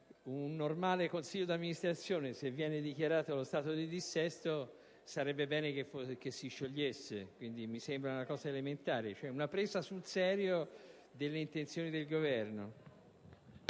un normale consiglio di amministrazione fosse dichiarato lo stato di dissesto sarebbe bene che si sciogliesse. Mi sembra una cosa elementare: è un modo di prendere sul serio le intenzioni del Governo.